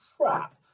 crap